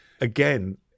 again